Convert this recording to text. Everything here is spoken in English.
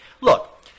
Look